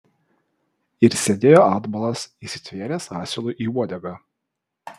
ir sėdėjo atbulas įsitvėręs asilui į uodegą